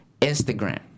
Instagram